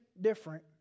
different